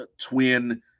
twin